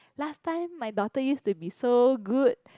last time my daughter used to be so good